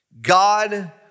God